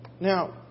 Now